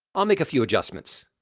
i'll make a few adjustments